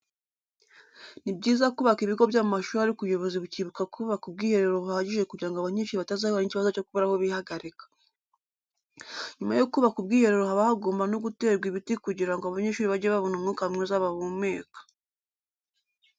Ni byiza kubaka ibigo by'amashuri ariko ubuyobozi bukibuka kubaka ubwiherero buhagije kugira ngo abanyeshuri batazahura n'ikibazo cyo kubura aho bihagarika. Nyuma yo kubaka ubwiherero haba hagomba no guterwa ibiti kugira ngo abanyeshuri bajye babona umwuka mwiza bahumeka.